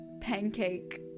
pancake